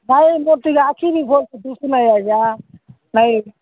ନାଇଁ ମୋର ଟିକେ ଆଖିକି ଭଲରେ ଦିଶୁ ନାହିଁ ଆଜ୍ଞା ନାଇଁ